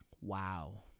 Wow